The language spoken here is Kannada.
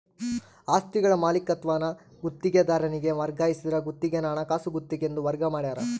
ಆಸ್ತಿಗಳ ಮಾಲೀಕತ್ವಾನ ಗುತ್ತಿಗೆದಾರನಿಗೆ ವರ್ಗಾಯಿಸಿದ್ರ ಗುತ್ತಿಗೆನ ಹಣಕಾಸು ಗುತ್ತಿಗೆ ಎಂದು ವರ್ಗ ಮಾಡ್ಯಾರ